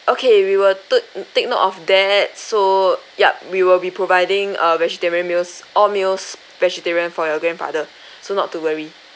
okay we will took take note of that so yup we will be providing a vegetarian meals all meals vegetarian for your grandfather so not to worry